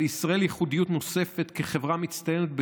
אבל לישראל ייחודיות נוספת כחברה מצטיינת,